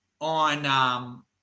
on